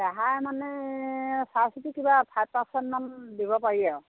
ৰেহাই মানে চাই চিতি কিবা ফাইভ পাৰ্চেণ্টমান দিব পাৰি আৰু